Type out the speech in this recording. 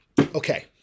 Okay